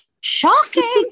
shocking